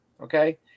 Okay